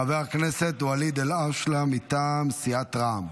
חבר הכנסת ואליד אלהואשלה, מטעם סיעת רע"מ.